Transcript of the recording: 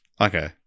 Okay